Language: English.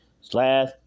slash